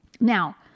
Now